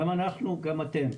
גם אנחנו גם אתם,